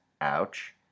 Ouch